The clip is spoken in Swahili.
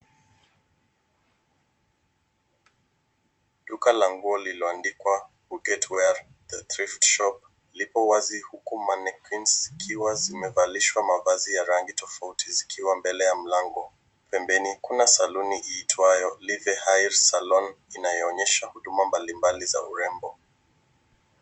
Duka la nguo liloandikwa Budget Wear The Thrift Shop lipo wazi, huku mannequins zikiwa zimevalishwa mavazi ya rangi tofauti zikiwa mbele ya mlango. Pembeni, kuna salon iitwayo Live Hair Salon inayoonyesha huduma mbali mbali za urembo.